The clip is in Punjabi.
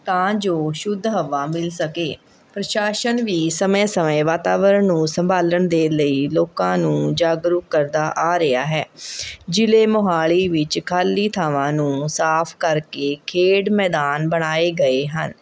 ਤਾਂ ਜੋ ਸ਼ੁੱਧ ਹਵਾ ਮਿਲ ਸਕੇ ਪ੍ਰਸ਼ਾਸਨ ਵੀ ਸਮੇਂ ਸਮੇਂ ਵਾਤਾਵਰਣ ਨੂੰ ਸੰਭਾਲਣ ਦੇ ਲਈ ਲੋਕਾਂ ਨੂੰ ਜਾਗਰੂਕ ਕਰਦਾ ਆ ਰਿਹਾ ਹੈ ਜ਼ਿਲ੍ਹੇ ਮੋਹਾਲੀ ਵਿੱਚ ਖਾਲੀ ਥਾਵਾਂ ਨੂੰ ਸਾਫ਼ ਕਰਕੇ ਖੇਡ ਮੈਦਾਨ ਬਣਾਏ ਗਏ ਹਨ